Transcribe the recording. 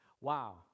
wow